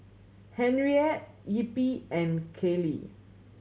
Henriette Eppie and Caylee